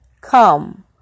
come